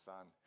Son